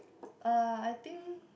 uh I think